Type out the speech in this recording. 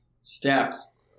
steps